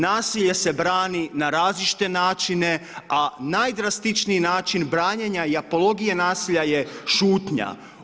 Nasilje se brani na različite načine a najdrastičniji način branjenja i apologije nasilja je šutnja.